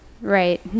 Right